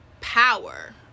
power